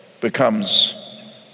becomes